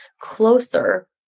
closer